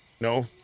No